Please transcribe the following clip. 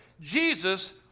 Jesus